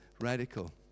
radical